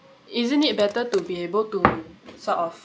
isn't it better to be able to sort of